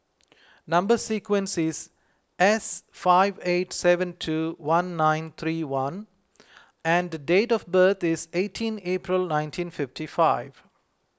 Number Sequence is S five eight seven two one nine three one and date of birth is eighteen April nineteen fifty five